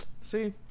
See